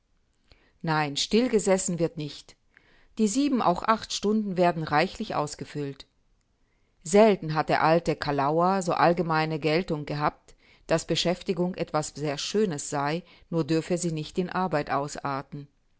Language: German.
nein stillgesessen wird nicht die sieben auch acht stunden werden reichlich ausgefüllt selten hat der alte kalauer so allgemeine geltung gehabt daß beschäftigung etwas sehr schönes sei nur dürfe sie nicht in arbeit ausarten